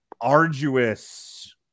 arduous